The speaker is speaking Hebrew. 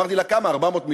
אמרתי לה: כמה, 400 מיליון?